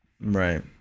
Right